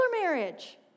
marriage